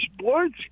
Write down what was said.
sports